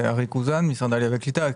אריק אוזן, משרד העלייה והקליטה.